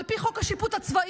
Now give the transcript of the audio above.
על פי חוק השיפוט הצבאי,